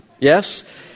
Yes